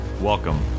Welcome